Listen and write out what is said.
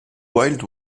wild